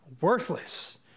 worthless